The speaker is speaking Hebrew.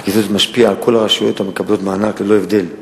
הקיצוץ משפיע על כל הרשויות המקבלות מענק ללא הבדל.